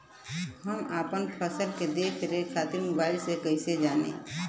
हम अपना फसल के देख रेख खातिर मोबाइल से कइसे जानी?